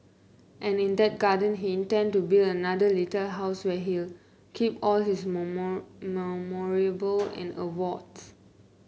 and in that garden he intend to build another little house where he'll keep all his and awards